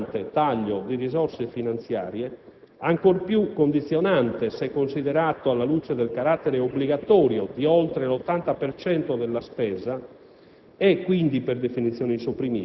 posti da un così rilevante taglio di risorse finanziarie, ancor più condizionante se considerato alla luce del carattere obbligatorio di oltre l'80 per cento